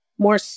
More